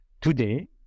Today